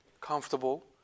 comfortable